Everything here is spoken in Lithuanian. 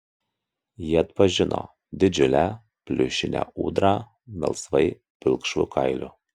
ji atpažino didžiulę pliušinę ūdrą melsvai pilkšvu kailiu